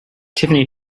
tiffany